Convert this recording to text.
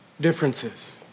differences